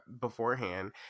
beforehand